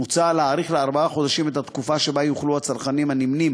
מוצע להאריך לארבעה חודשים את התקופה שבה יוכלו צרכנים הנמנים